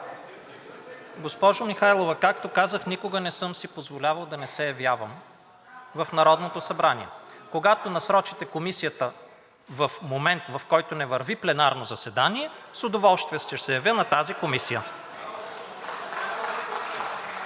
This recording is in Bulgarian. Госпожо Михайлова, както казах, никога не съм си позволявал да не се явявам в Народното събрание. Когато насрочите Комисията в момент, в който не върви пленарно заседание, с удоволствие ще се явя на тази комисия.